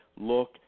look